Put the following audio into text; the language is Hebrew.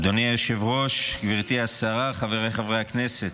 אדוני היושב-ראש, גברתי השרה, חבריי חברי הכנסת,